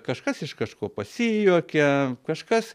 kažkas iš kažko pasijuokia kažkas